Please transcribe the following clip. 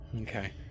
Okay